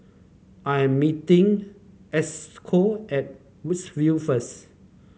I am meeting Esco at Woodsville first